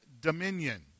dominion